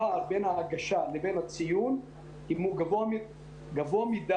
הפער בין ההגשה לבין הציון הוא גבוה מדי,